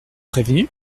prévenue